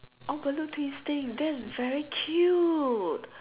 oh balloon twisting that's very cute